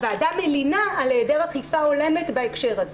הוועדה מלינה על היעדר אכיפה הולמת בהקשר הה.